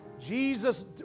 Jesus